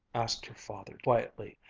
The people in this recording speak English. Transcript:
asked her father quietly,